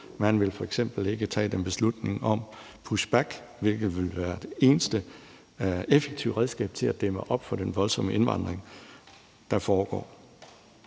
Man vil f.eks. ikke tage en beslutning om push back, som vil være det eneste effektive redskab til at dæmme op for den voldsomme indvandring, der foregår.